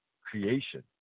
creation